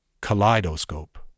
kaleidoscope